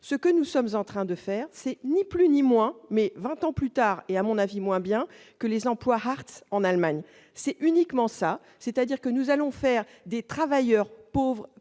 ce que nous sommes en train de faire, c'est ni plus ni moins, mais 20 ans plus tard, et à mon avis moins bien que les employes rare en Allemagne, c'est uniquement ça, c'est-à-dire que nous allons faire des travailleurs pauvres,